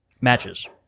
matches